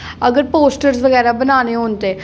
अगर पोस्टर बगैरा बनाने होन ते